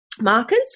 markers